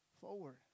Forward